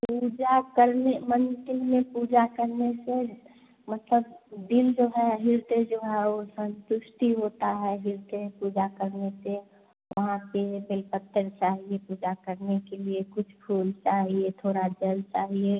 पूजा करने मंदिर में पूजा करने से मतलब दिल जो है हृदय जो है तो संतुष्ट होता है हृदय पूजा करने से वहाँ पर बेल पत्ते चाहिए पूजा करने के लिए कुछ फूल चाहिए थोड़ा जल चाहिए